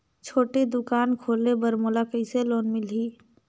छोटे दुकान खोले बर मोला कइसे लोन मिलही?